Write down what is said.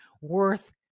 worth